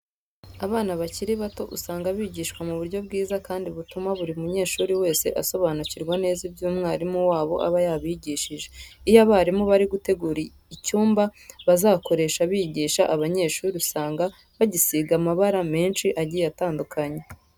Abana bakiri bato usanga bigishwa mu buryo bwiza kandi butuma buri munyeshuri wese asobanukirwa neza ibyo umwarimu wabo aba yabigishije. Iyo abarimu bari gutegura icyumba bazakoresha bigisha aba bayeshuri usanga bagisiga amabara menshi agiye atandukanye.